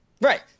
Right